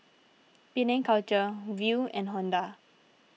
Penang Culture Viu and Honda